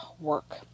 work